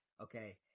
Okay